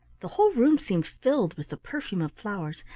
the whole room seemed filled with the perfume of flowers,